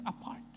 apart